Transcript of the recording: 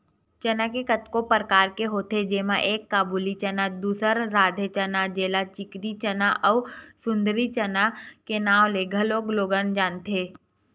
चना के कतको परकार होथे जेमा एक काबुली चना, दूसर राधे चना जेला चिकनी चना अउ सुंदरी चना के नांव ले घलोक लोगन जानथे